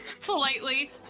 politely